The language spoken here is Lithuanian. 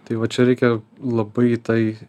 tai va čia reikia labai į tai